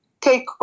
take